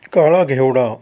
काळा घेवडा